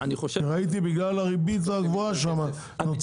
כי ראיתי שהבעיה נוצרה בגלל הריבית הגבוהה שם.